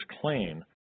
clean